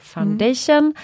Foundation